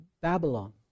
Babylon